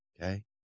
Okay